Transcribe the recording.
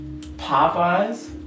Popeyes